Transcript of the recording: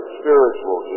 spiritual